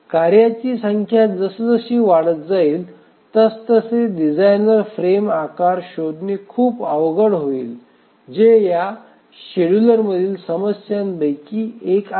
कार्यांची संख्या जसजशी वाढत जाईल तसतसे डिझाइनरला फ्रेम आकार शोधणे खूप अवघड होईल जे या शेड्यूलरमधील समस्यांपैकी एक आहे